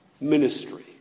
ministry